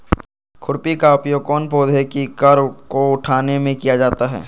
खुरपी का उपयोग कौन पौधे की कर को उठाने में किया जाता है?